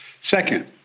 Second